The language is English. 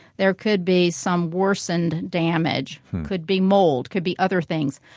there could be some worsened damage could be mold, could be other things.